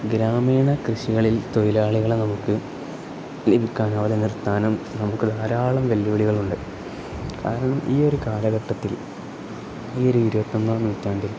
ഗ്രാമീണ കൃഷികളിൽ തൊഴിലാളികളെ നമുക്ക് ലഭിക്കാൻ അവരെ നിർത്താനും നമുക്ക് ധാരാളം വെല്ലുവിളികളുണ്ട് കാരണം ഈ ഒരു കാലഘട്ടത്തിൽ ഈ ഒരു ഇരുപത്തി ഒന്നാം നൂറ്റാണ്ടിൽ